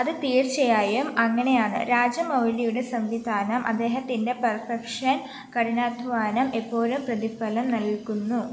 അത് തീർച്ചയായും അങ്ങനെയാണ് രാജമൗലിയുടെ സംവിധാനം അദ്ദേഹത്തിന്റെ പെർഫെക്ഷൻ കഠിനാധ്വാനം എപ്പോഴും പ്രതിഫലം നൽകുന്നു